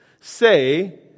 say